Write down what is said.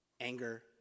Anger